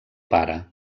pare